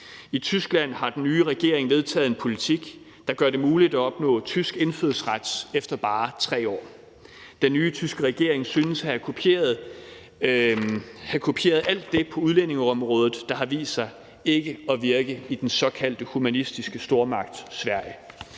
I Tyskland har den nye regering vedtaget en politik, der gør det muligt at opnå tysk indfødsret efter bare 3 år. Den nye tyske regering synes at have kopieret alt det på udlændingeområdet, der har vist sig ikke at virke i den såkaldte humanistiske stormagt Sverige.